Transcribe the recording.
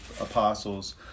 apostles